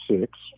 six